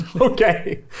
okay